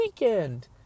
weekend